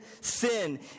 sin